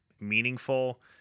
meaningful